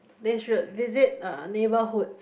they should visit uh neighbourhoods